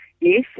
Yes